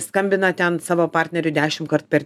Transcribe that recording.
skambina ten savo partneriu dešimtkart per